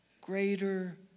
greater